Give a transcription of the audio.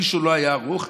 מישהו לא היה ערוך,